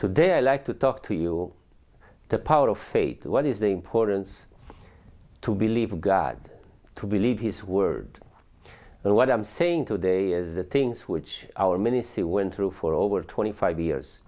today i like to talk to you the power of faith what is the importance to believe god to believe his word and what i'm saying today is the things which our many see went through for over twenty five years